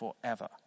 forever